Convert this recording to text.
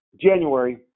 January